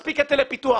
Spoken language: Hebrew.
מספיק היטלי פיתוח,